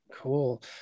cool